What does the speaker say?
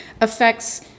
affects